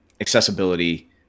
accessibility